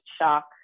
shock